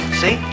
see